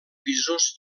pisos